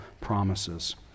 promises